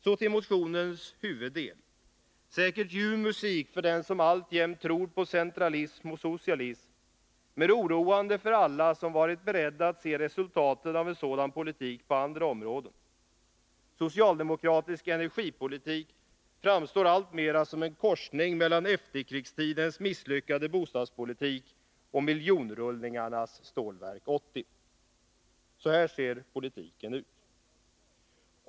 Så till motionens huvuddel, säkert ljuv musik för den som alltjämt tror på centralism och socialism, men oroande för alla som varit beredda att se resultaten av en sådan politik på andra områden. Socialdemokratisk energipolitik framstår alltmera som en korsning mellan efterkrigstidens misslyckade bostadspolitik och miljonrullningarnas Stålverk 80. Så här ser politiken ut.